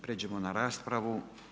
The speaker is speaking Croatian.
Prijeđimo na raspravu.